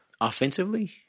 Offensively